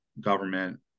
government